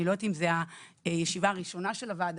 אני לא יודעת אם זו הישיבה הראשונה של הוועדה,